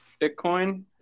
Bitcoin